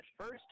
first